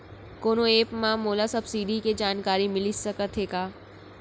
कोनो एप मा मोला सब्सिडी के जानकारी मिलिस सकत हे का?